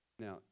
Now